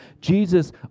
Jesus